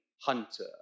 hunter